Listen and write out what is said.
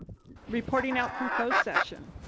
reporting out from closed session.